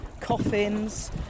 coffins